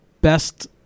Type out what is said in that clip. best